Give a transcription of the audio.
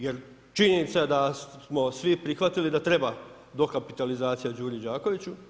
Jer činjenica je da smo svi prihvatili da treba dokapitalizacija Đuri Đakoviću.